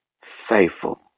faithful